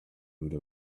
rode